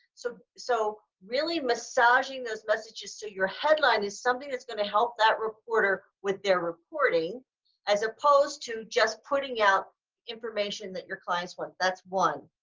so so really massaging those messages so your headline is something that's going to help that reporter with their reporting as opposed to just putting out information that your clients want. that's one.